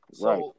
Right